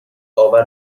آور